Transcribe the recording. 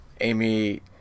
Amy